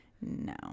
No